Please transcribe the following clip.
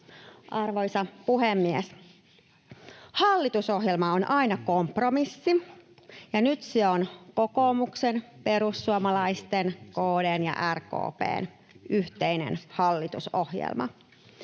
Arvoisa puhemies! Hallitusohjelma on aina kompromissi, ja nyt se on kokoomuksen ja perussuomalaisten, KD:n ja RKP:n yhteinen hallitusohjelma.